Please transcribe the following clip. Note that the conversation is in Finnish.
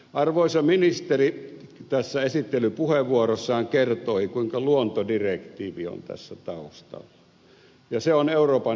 arvoisa ministeri esittelypuheenvuorossaan kertoi kuinka luontodirektiivi on tässä taustalla ja se on euroopan yhteisön lainsäädäntöä